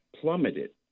plummeted